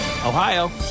Ohio